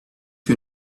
you